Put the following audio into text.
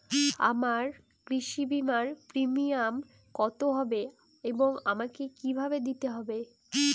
আমার কৃষি বিমার প্রিমিয়াম কত হবে এবং আমাকে কি ভাবে দিতে হবে?